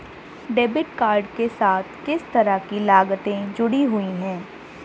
Debit card के साथ किस तरह की लागतें जुड़ी हुई हैं?